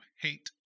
hate